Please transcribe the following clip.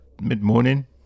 mid-morning